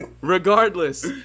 Regardless